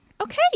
Okay